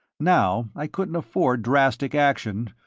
now, i couldn't afford drastic action,